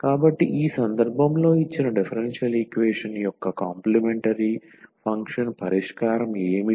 కాబట్టి ఈ సందర్భంలో ఇచ్చిన డిఫరెన్షియల్ ఈక్వేషన్ యొక్క కాంప్లీమెంటరీ ఫంక్షన్ పరిష్కారం ఏమిటి